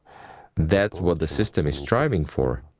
that's what the system is striving for.